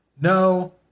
No